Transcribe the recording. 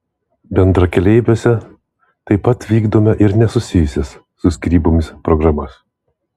bendrakeleiviuose taip pat vykdome ir nesusijusias su skyrybomis programas